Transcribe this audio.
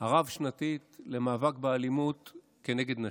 הרב-שנתית למאבק באלימות נגד נשים.